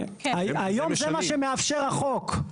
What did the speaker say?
היום זה מה שמאפשר החוק.